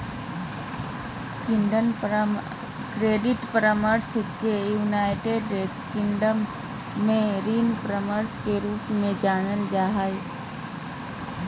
credit परामर्श के United Kingdom में ऋण परामर्श के रूप में जानल जा हइ